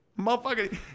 Motherfucker